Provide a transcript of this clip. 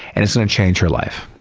and it's gonna change her life.